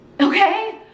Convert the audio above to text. okay